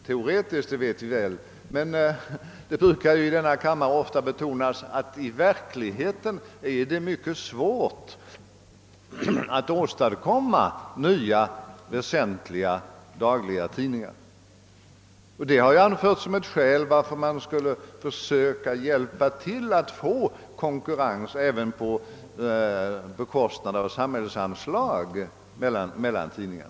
Det brukar emellertid i denna kammare betonas att det i verkligheten är mycket svårt att starta nya väsentliga dagstidningar. Detta har anförts som skäl för att man med hjälp av samhälleliga anslag skulle försöka trygga konkurrens mellan olika tidningar.